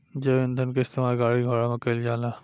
जैव ईंधन के इस्तेमाल गाड़ी घोड़ा में कईल जाला